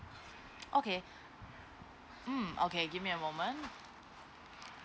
okay mm okay give me a moment